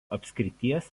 apskrities